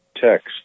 text